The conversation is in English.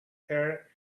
her